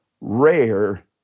rare